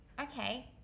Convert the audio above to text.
okay